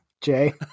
jay